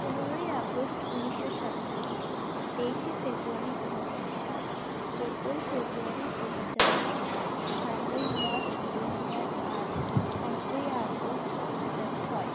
পনেরোই আগস্ট উনিশশো সাতচল্লিশ তেইশে ফেব্রুয়ারি দুহাজার সাত চোদ্দোই ফেব্রুয়ারি দুহাজর নয় সাতই মার্চ দুহাজার আট পাঁচই আগস্ট দুহাজার ছয়